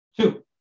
Two